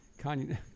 Kanye